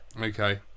Okay